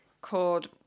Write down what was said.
called